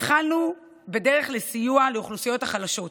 התחלנו בדרך לסיוע לאוכלוסיות החלשות,